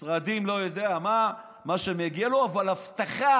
משרדים, לא יודע מה, מה שמגיע לו, אבל אבטחה,